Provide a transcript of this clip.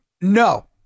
No